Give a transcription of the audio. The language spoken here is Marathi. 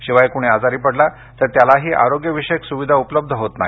शिवाय कुणी आजारी पडला तर त्यालाही आरोग्यविषयक स्विधा उपलब्ध होत नाही